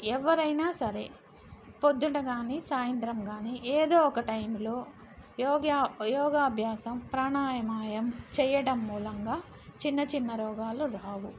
ఎవరు అయిన సరే పొద్దున కానీ సాయంత్రం కానీ ఏదో ఒక టైంలో యోగ్యా యోగాభ్యాసం ప్రాణాయామం చేయండం మూలంగా చిన్న చిన్న రోగాలు రావు